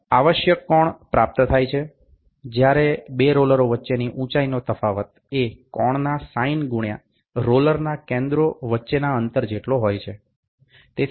આવશ્યક કોણ પ્રાપ્ત થાય છે જ્યારે બે રોલરો વચ્ચેની ઊંચાઈનો તફાવત એ કોણના સાઈન ગુણ્યા રોલરના કેન્દ્રો વચ્ચેના અંતર જેટલો હોય છે